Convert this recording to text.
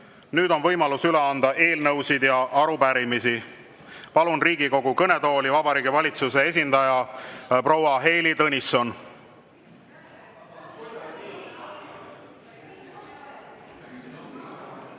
nüüd on võimalus üle anda eelnõusid ja arupärimisi. Palun Riigikogu kõnetooli Vabariigi Valitsuse esindaja proua Heili Tõnissoni.